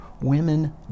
women